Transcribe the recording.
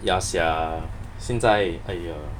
ya sia 现在 !aiya!